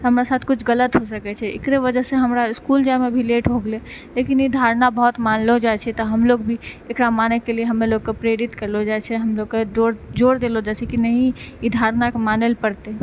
हमरा साथ किछु गलत हो सकै छै एकरे वजहसँ हमरा इसकुल जाइमे भी लेट हो गेले लेकिन ई धारणा बहुत मानलऽ जाइ छै तऽ हमलोग भी एकरा मानैके लिए हमरा लोग प्रेरित करलऽ जाइ छै हमलोग कऽ जोर देलऽ जाइ छै कि नहि ई धारणाके मानैलए पड़तै